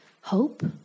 hope